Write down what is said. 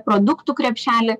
produktų krepšelį